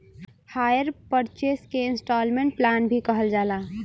hire purchase के installment plan भी कहल जाला